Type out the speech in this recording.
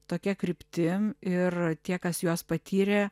tokia kryptim ir tie kas juos patyrė